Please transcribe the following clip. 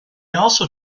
also